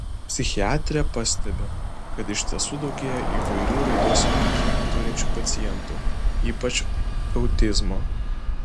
psichiatrė pastebi kad iš tiesų daugėja įvairių raidos sutrikimų turinčių pacientų ypač autizmo